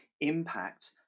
Impact